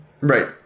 Right